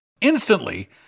instantly